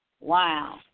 Wow